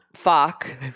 Fuck